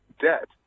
debt